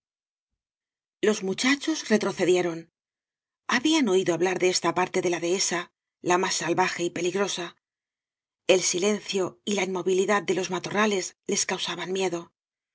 los muchachos retrocadioroii habían oído ha blar de esta parto de la dehesa la niás salvaje y pellgroea ei silencio y la inmovilidad de los matorrales les caugabaa miedo allí